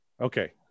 okay